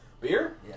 Beer